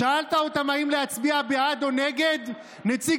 שאלתם אותם אם להצביע בעד או נגד נציג